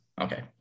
okay